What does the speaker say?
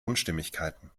unstimmigkeiten